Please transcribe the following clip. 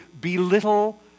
belittle